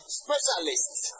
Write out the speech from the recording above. specialists